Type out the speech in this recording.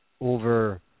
over